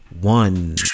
one